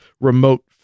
remote